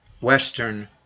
Western